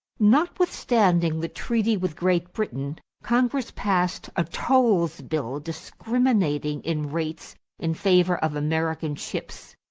notwithstanding the treaty with great britain, congress passed a tolls bill discriminating in rates in favor of american ships.